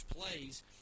plays